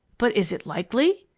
but is it likely?